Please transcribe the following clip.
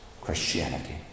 christianity